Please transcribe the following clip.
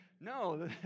No